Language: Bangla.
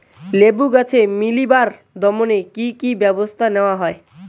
লেবু গাছে মিলিবাগ দমনে কী কী ব্যবস্থা নেওয়া হয়?